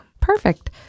Perfect